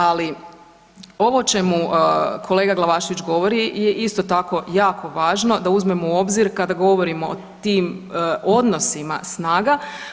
Ali ovo o čemu kolega Glavašević govori je isto tako jako važno da uzmemo u obzir kada govorimo o tim odnosima snaga.